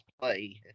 play